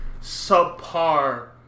subpar